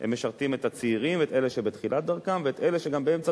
הם משרתים את הצעירים ואת אלה שבתחילת דרכם ואת אלה שגם באמצע